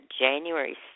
January